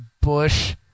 Bush